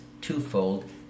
twofold